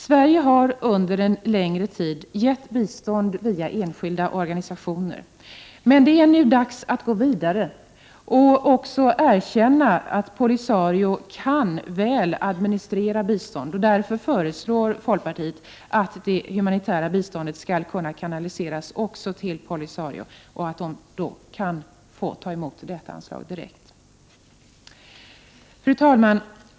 Sverige har under en längre tid gett bistånd via enskilda organisationer. Nu är det dock dags att gå vidare och erkänna att Polisario kan administrera biståndet väl. Därför föreslår vi i folkpartiet att det humanitära biståndet skall kunna kanaliseras också till Polisario, som då skall kunna ta emot anslaget direkt.